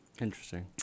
Interesting